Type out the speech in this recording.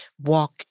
walk